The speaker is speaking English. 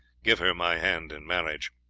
give her my hand in marriage!